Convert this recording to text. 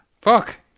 Fuck